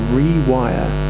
rewire